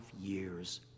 years